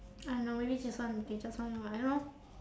I don't know maybe just want they just want to I don't know